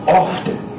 often